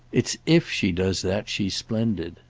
it's if she does that she's splendid.